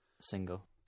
single